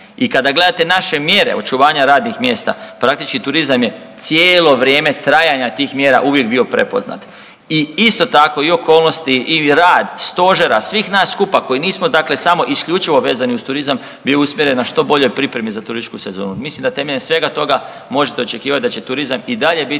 I kada gledate naše mjere očuvanja radnih mjesta, praktički, turizam je cijelo vrijeme trajanja tih mjera uvijek bio prepoznat. I isto tako i okolnosti i rad Stožera, svih nas skupa koji nismo dakle samo isključivo vezani uz turizam, bio je usmjeren na što bolje pripreme za turističku sezonu. Mislim da temeljem svega toga možete očekivati da će turizam i dalje biti